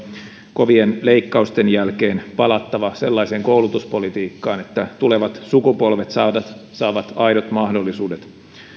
kovien leikkausten jälkeen palattava sellaiseen koulutuspolitiikkaan että tulevat sukupolvet saavat saavat aidot mahdollisuudet